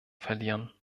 verlieren